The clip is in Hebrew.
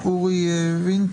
וגם אורי וינוקור,